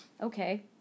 okay